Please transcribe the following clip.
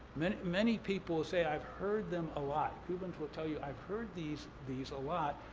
many many people will say i've heard them a lot. cubans will tell you, i've heard these these a lot,